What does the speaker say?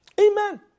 Amen